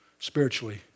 spiritually